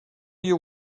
you